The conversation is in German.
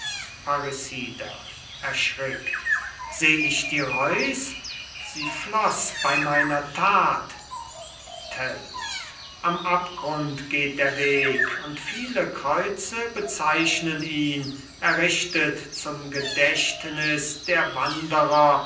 erschrickt seh ich die reuss sie floss bei meiner tat tell am abgrund geht der weg und viele kreuze bezeichnen ihn errichtet zum gedächtnis der wanderer